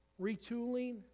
retooling